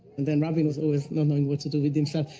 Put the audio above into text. and then rabin was always not knowing what to do with himself,